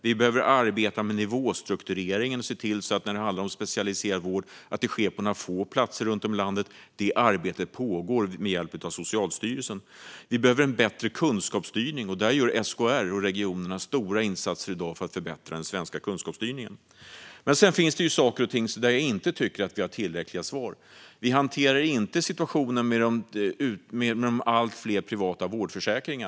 Vi behöver arbeta med nivåstruktureringen så att den specialiserade vården koncentreras till några få platser i landet. Detta arbete pågår med hjälp av Socialstyrelsen. Vi behöver förbättra kunskapsstyrningen, och här gör SKR och regionerna stora insatser. Det finns områden där jag tycker att vi inte har tillräckliga svar. Till exempel hanterar vi inte situationen med allt fler privata vårdförsäkringar.